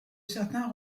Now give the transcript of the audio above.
certains